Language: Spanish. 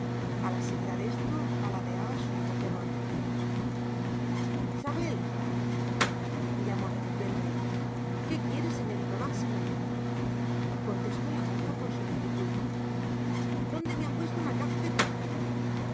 todo al aseverar esto paladeaba sorbos de ron sabel llamó de repente qué quiere señorito máximo contestó la moza con solicitud dónde me han puesto una caja que traje